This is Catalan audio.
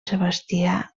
sebastià